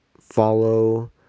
follow